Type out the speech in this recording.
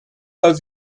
pas